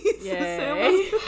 Yay